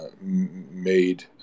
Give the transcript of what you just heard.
made